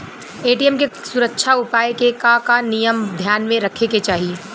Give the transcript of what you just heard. ATM के सुरक्षा उपाय के का का नियम ध्यान में रखे के चाहीं?